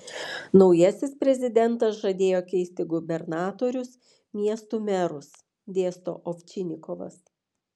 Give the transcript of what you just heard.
naujasis prezidentas žadėjo keisti gubernatorius miestų merus dėsto ovčinikovas